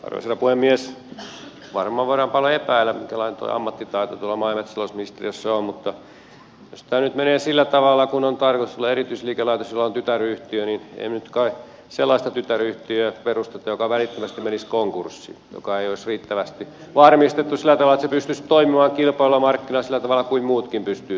varmaan voidaan paljon epäillä minkälainen tuo ammattitaito tuolla maa ja metsätalousministeriössä on mutta jos tämä nyt menee sillä tavalla kuin on tarkoitus tulee erityisliikelaitos jolla on tytäryhtiö niin emme me nyt kai sellaista tytäryhtiötä perusta joka välittömästi menisi konkurssiin joka ei olisi riittävästi varmistettu sillä tavalla että se pystyisi toimimaan kilpailluilla markkinoilla sillä tavalla kuin muutkin pystyvät toimimaan